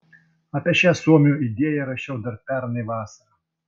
apie šią suomių idėją rašiau dar pernai vasarą